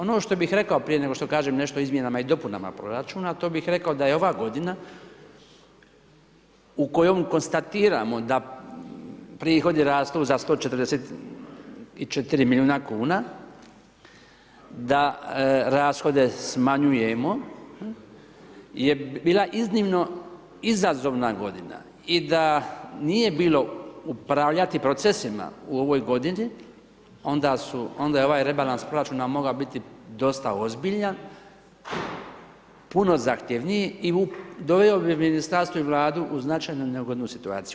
Ono što bih rekao prije nego što kažem nešto o izmjenama i dopunama proračuna to bih rekao da je ova godina u kojoj konstatiramo da prihodi rastu za 144 milijuna kuna da rashode smanjujemo je bila iznimno izazovna godina i da nije bilo upravljati procesima u ovoj godini onda je ovaj rebalans proračuna mogao biti dosta ozbiljan, puno zahtjevniji i doveo bi ministarstvo i vladu u značajno neugodnu situaciju.